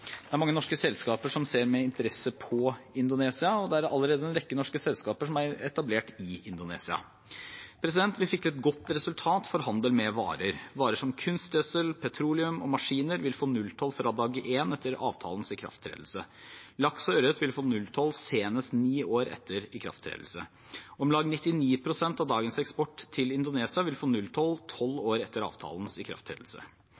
er betydelig. Mange norske selskaper ser med interesse på Indonesia, og det er allerede en rekke norske selskaper som er etablert i Indonesia. Vi fikk til et godt resultat for handel med varer. Varer som kunstgjødsel, petroleum og maskiner vil få nulltoll fra dag én etter avtalens ikrafttredelse. Laks og ørret vil få nulltoll senest ni år etter ikrafttredelse. Om lag 99 pst. av dagens eksport til Indonesia vil få nulltoll tolv år etter avtalens ikrafttredelse.